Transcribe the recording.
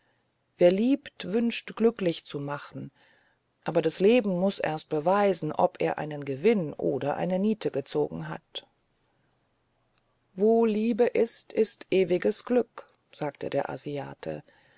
wer liebt wünscht glücklich zu machen aber das leben muß erst beweisen ob er einen gewinn oder eine niete gezogen hat wo liebe ist ist ewiges glück sagte der asiate